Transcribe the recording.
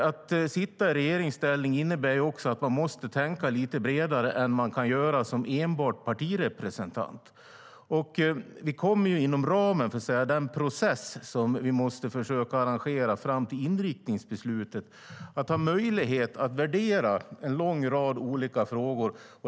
Att sitta i regeringsställning innebär också att man måste tänka lite bredare än vad man kan göra som enbart partirepresentant. Inom ramen för processen fram till inriktningsbeslutet kommer vi att ha möjlighet att värdera en lång rad olika frågor.